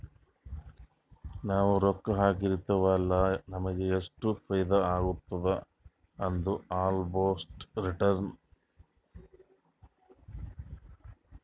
ನಾವ್ ರೊಕ್ಕಾ ಹಾಕಿರ್ತಿವ್ ಅಲ್ಲ ನಮುಗ್ ಎಷ್ಟ ಫೈದಾ ಆತ್ತುದ ಅದು ಅಬ್ಸೊಲುಟ್ ರಿಟರ್ನ್